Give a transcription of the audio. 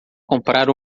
comprar